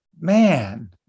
man